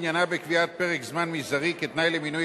עניינה בקביעת פרק זמן מזערי כתנאי למינוי